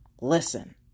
listen